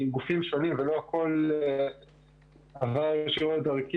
גם לאור השינוי שיש כרגע כתוצאה ממשבר הקורונה,